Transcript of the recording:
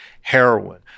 heroin